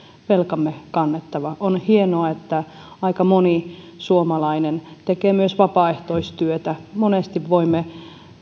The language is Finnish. velkamme kannettava on hienoa että aika moni suomalainen tekee myös vapaaehtoistyötä monesti voimme